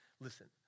listen